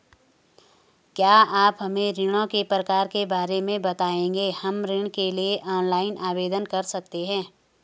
क्या आप हमें ऋणों के प्रकार के बारे में बताएँगे हम ऋण के लिए ऑनलाइन आवेदन कर सकते हैं?